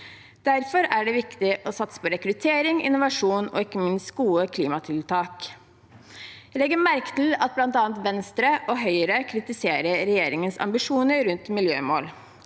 Derfor er det viktig å satse på rekruttering, innovasjon og ikke minst gode klimatiltak. Jeg legger merke til at bl.a. Venstre og Høyre kritiserer regjeringens ambisjoner rundt miljømål,